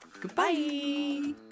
Goodbye